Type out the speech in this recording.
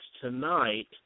tonight